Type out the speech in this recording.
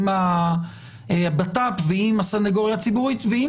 עם הבט"פ ועם הסניגוריה הציבורית ועם